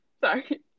sorry